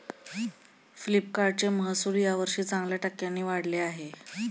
फ्लिपकार्टचे महसुल यावर्षी चांगल्या टक्क्यांनी वाढले आहे